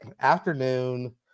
afternoon